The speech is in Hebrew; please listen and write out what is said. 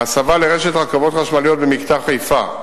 ההסבה לרשת רכבות חשמליות במקטע חיפה,